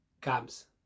comes